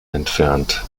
entfernt